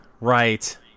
Right